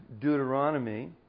Deuteronomy